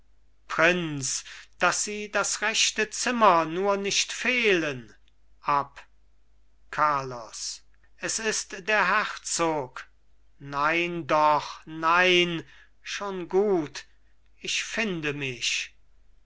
prinz daß sie das rechte zimmer nur nicht fehlen ab carlos es ist der herzog nein doch nein schon gut ich finde mich